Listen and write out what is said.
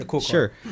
Sure